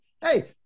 Hey